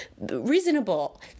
reasonable